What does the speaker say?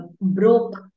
broke